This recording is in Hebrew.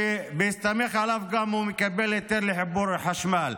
ובהסתמך עליו הוא גם מקבל היתר לחיבור חשמל.